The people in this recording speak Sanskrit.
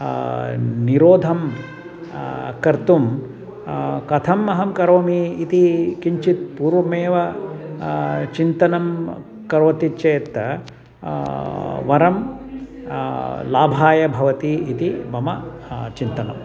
निरोधं कर्तुं कथम् अहं करोमि इति किञ्चित् पूर्वमेव चिन्तनं करोति चेत् वरं लाभाय भवति इति मम चिन्तनम्